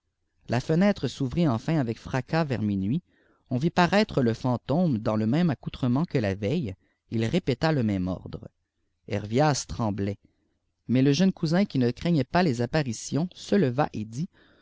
la fenêtre s'ouvrit enfin avec fracas vers minuit on vit paraître le fantôme dans le même accoutrement que la veille il répéta le même ordre hçrvias tremblait mais le jeune cousin qui ne craignait pas les a paritions se leva et dit